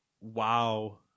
WoW